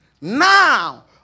Now